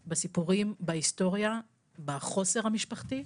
בסיפורים, בהיסטוריה, בחוסר המשפחתי,